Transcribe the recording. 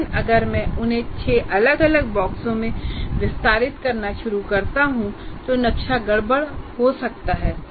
लेकिन अगर मैं उन्हें 6 अलग अलग बक्सों में विस्तारित करना शुरू करता हूं तो नक्शा गड़बड़ और जटिल हो जाता है